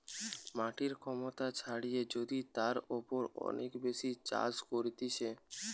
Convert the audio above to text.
মাটির ক্ষমতা ছাড়িয়ে যদি তার উপর অনেক বেশি চাষ করতিছে